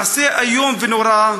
מעשה איום ונורא.